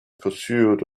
pursuit